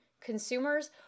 consumers